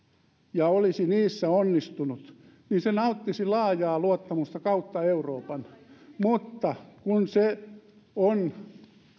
ja olisi niissä onnistunut niin se nauttisi laajaa luottamusta kautta euroopan mutta kun se on